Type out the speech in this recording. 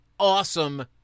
awesome